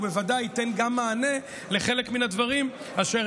ובוודאי ייתן גם מענה לחלק מן הדברים אשר